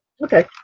Okay